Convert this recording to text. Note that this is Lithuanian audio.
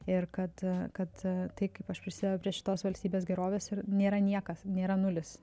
ir kad kad tai kaip aš prisidedu prie šitos valstybės gerovės ir nėra niekas nėra nulis